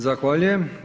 Zahvaljujem.